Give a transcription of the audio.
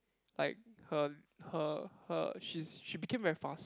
like her her her she's she became very fast